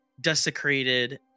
desecrated